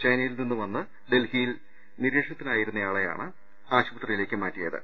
ചൈനയിൽ നിന്നും വന്ന് ഡൽഹിയിൽ നിരീക്ഷണത്തിലായിരുന്നയാളെയാണ് ആശുപത്രിയിലേക്ക് മാറ്റിയത്